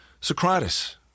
Socrates